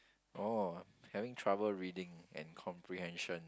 orh having trouble reading and comprehension